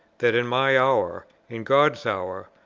that in my hour, in god's hour,